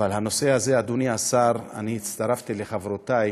אבל בנושא הזה, אדוני השר, הצטרפתי לחברותי,